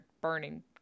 burning